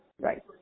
right